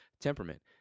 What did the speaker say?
temperament